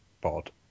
Bod